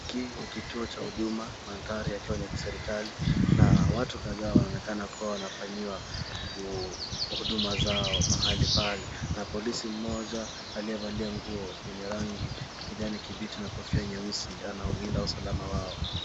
Hiki ni kituo cha huduma, mandhari yakiwa ni ya kiserikali na watu kadhaa wanaonekana wakifanyiwa huduma zao mahali pale na polisi aliyevalia nguo ya kijani kibichi na kopfia nyeusi anaulinda usalama wao.